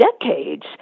decades